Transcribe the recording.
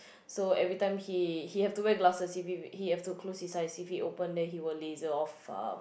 so every time he he have to wear glasses if if he have to close his eyes if he open then he will laser off um